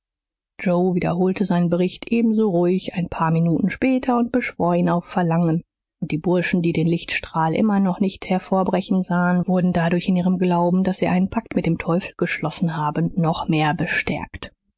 joe wiederholte seinen bericht ebenso ruhig ein paar minuten später und beschwor ihn auf verlangen und die burschen die den lichtstrahl immer noch nicht hervorbrechen sahen wurden dadurch in ihrem glauben daß er einen pakt mit dem teufel geschlossen habe noch mehr bestärkt